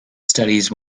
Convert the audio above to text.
studies